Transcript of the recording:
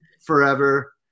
forever